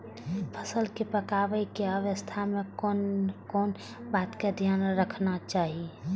फसल के पाकैय के अवस्था में कोन कोन बात के ध्यान रखना चाही?